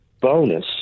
bonus